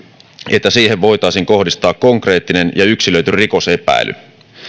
että siihen voitaisiin kohdistaa konkreettinen ja yksilöity rikosepäily